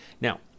Now